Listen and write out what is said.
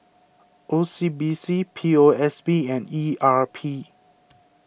O C B C P O S B and E R P